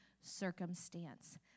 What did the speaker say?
circumstance